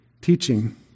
teaching